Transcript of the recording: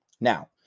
Now